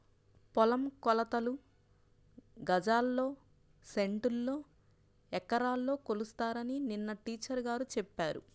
పొలం కొలతలు గజాల్లో, సెంటుల్లో, ఎకరాల్లో కొలుస్తారని నిన్న టీచర్ గారు చెప్పారు